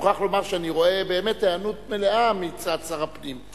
אני מוכרח לומר שאני באמת רואה היענות מלאה מצד שר הפנים.